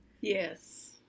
yes